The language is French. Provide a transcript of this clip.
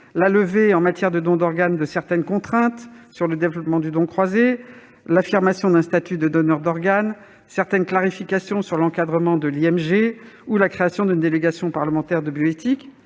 la levée en matière de don d'organes de certaines contraintes sur le développement du don croisé, l'affirmation d'un statut de donneur d'organes, des clarifications sur l'encadrement de l'IMG ou la création d'une délégation parlementaire à la bioéthique.